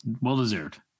well-deserved